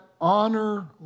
honor